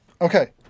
Okay